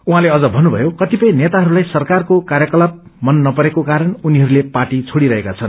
उहाँले अझ भन्नुभयो कतिपय नेताहरूलाई सरकारको कार्यकताप मन नपरेको कारण उनीहरूले पार्टी छेड़िरहेका छन्